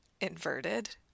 inverted